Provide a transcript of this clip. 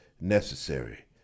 necessary